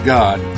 god